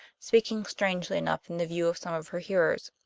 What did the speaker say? speaking strangely enough in the view of some of her hearers.